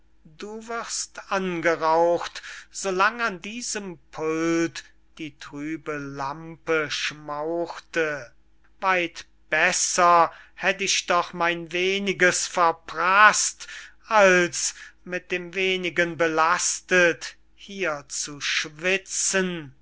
du wirst angeraucht so lang an diesem pult die trübe lampe schmauchte weit besser hätt ich doch mein weniges verpraßt als mit dem wenigen belastet hier zu schwitzen